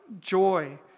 joy